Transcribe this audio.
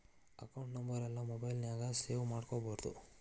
account ನಂಬರೆಲ್ಲಾ mobile ನ್ಯಾಗ save ಮಾಡ್ಕೊಬಾರ್ದು